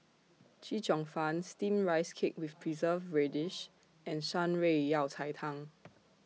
Chee Cheong Fun Steamed Rice Cake with Preserved Radish and Shan Rui Yao Cai Tang